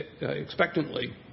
expectantly